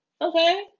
Okay